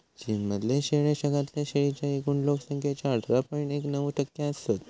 चीन मधले शेळे जगातल्या शेळींच्या एकूण लोक संख्येच्या अठरा पॉइंट एक नऊ टक्के असत